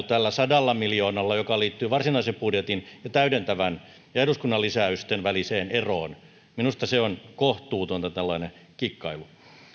tällä sadalla miljoonalla eurolla joka liittyy varsinaisen budjetin ja täydentävän ja eduskunnan lisäysten väliseen eroon kikkailu on minusta kohtuutonta